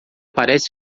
parece